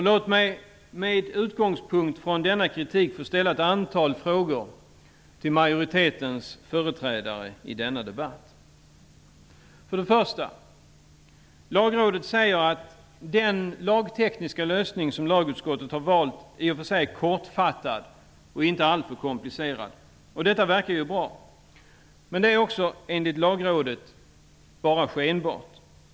Låt mig med utgångspunkt från denna kritik få ställa ett antal frågor till majoritetens företrädare i denna debatt. För det första säger Lagrådet att den lagtekniska lösning som lagutskottet valt i och sig är kortfattad och inte alltför komplicerad. Detta verkar ju bra. Men det också är enligt Lagrådet bara skenbart.